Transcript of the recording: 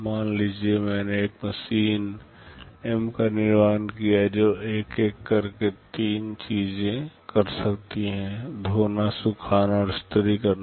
मान लीजिए मैंने एक मशीन M का निर्माण किया है जो एक एक करके तीन चीजें कर सकती है धोना सुखाना और इस्त्री करना